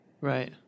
Right